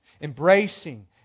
Embracing